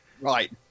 Right